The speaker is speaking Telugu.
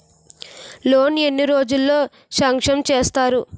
లోన్ ఎన్ని రోజుల్లో సాంక్షన్ చేస్తారు?